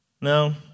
no